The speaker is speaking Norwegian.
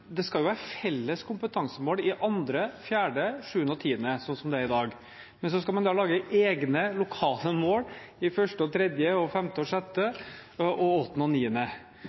det skal jo være felles kompetansemål på 2., 4., 7., og 10. trinn, slik som det er i dag. Men så skal man da lage egne lokale mål på 1., 3., 5., 6., 8. og